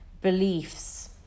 beliefs